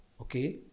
okay